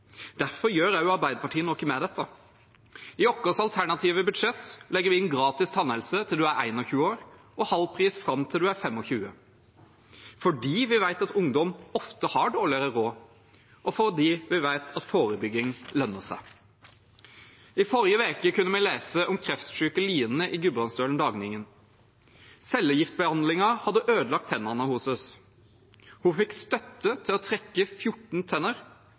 Derfor gjør også Arbeiderpartiet noe med det. I vårt alternative budsjett legger vi inn gratis tannhelsebehandling til man er 21 år, og halv pris fram til man er 25, fordi vi vet at ungdom ofte har dårligere råd, og fordi vi vet at forebygging lønner seg. I forrige uke kunne vi lese om kreftsyke Line i Gudbrandsdølen Dagningen. Cellegiftbehandlingen hadde ødelagt tennene hennes. Hun fikk støtte til å trekke 14 tenner,